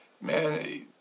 Man